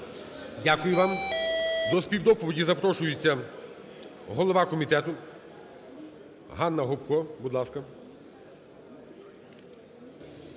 Дякую вам. До співдоповіді запрошується голова комітету Ганна Гопко. Будь ласка.